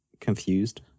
confused